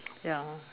ya